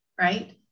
right